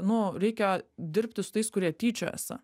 nu reikia dirbti su tais kurie tyčiojasi